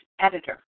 Editor